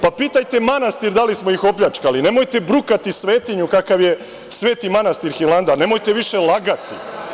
Pa, pitajte manastir da li smo ih opljačkali, nemojte brukati svetinju kakav je Sveti manastir Hilandar, nemojte više lagati.